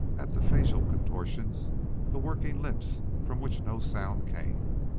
at the facial contortions the working lips from which no sound came.